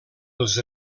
els